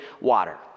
water